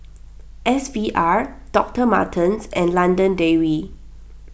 S V R Doctor Martens and London Dairy